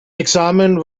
examen